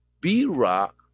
B-Rock